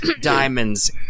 diamonds